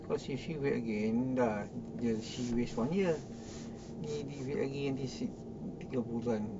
cause if she wait again dah she waste one year ni dia wait again tiga bulan